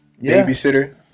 Babysitter